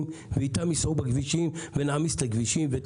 ואיתם ייסעו בכבישים ונעמיס את הכבישים.